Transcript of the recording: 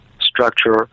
structure